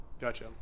Gotcha